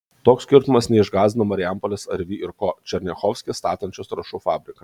toks skirtumas neišgąsdino marijampolės arvi ir ko černiachovske statančios trąšų fabriką